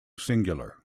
singular